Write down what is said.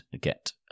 get